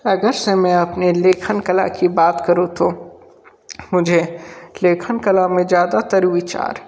अगर से मैं अपने लेखन कला की बात करूँ तो मुझे लेखन कला में ज़्यादातर विचार